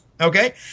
Okay